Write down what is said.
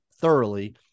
thoroughly